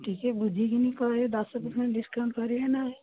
ଟିକେ ବୁଝିକିନି କହିବେ ଦଶ ପରସେଣ୍ଟ୍ ଡିସକାଉଣ୍ଟ୍ କରିବେ ନା